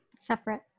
Separate